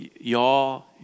y'all